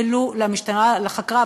ולו לחקירה,